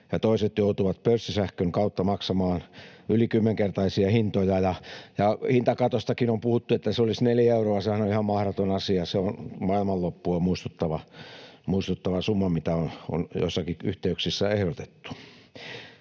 toiset joutuvat pörssisähkön kautta maksamaan yli kymmenkertaisia hintoja. Hintakatostakin on puhuttu, että se olisi neljä euroa. Sehän on ihan mahdoton asia. Se on maailmanloppua muistuttava summa, mitä on joissakin yhteyksissä ehdotettu.